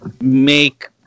make